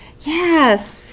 Yes